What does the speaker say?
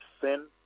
sin